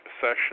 session